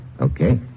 Okay